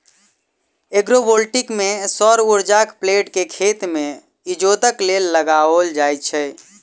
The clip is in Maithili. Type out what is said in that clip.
एग्रोवोल्टिक मे सौर उर्जाक प्लेट के खेत मे इजोतक लेल लगाओल जाइत छै